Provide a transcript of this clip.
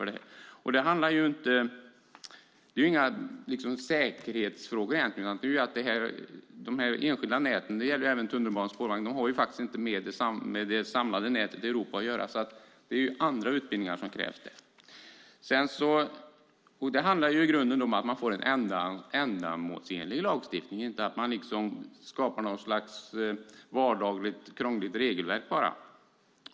Det är egentligen inte fråga om några säkerhetsfrågor. Dessa enskilda nät - det gäller även tunnelbana och spårvagn - har faktiskt inte med det samlade nätet i Europa att göra. Det är andra utbildningar som krävs där. Det handlar i grunden om att man får en ändamålsenlig lagstiftning och inte att man bara skapar något slags vardagligt krångligt regelverk.